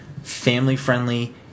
family-friendly